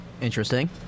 Interesting